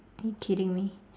are you kidding me